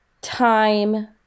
time